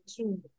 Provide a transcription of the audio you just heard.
true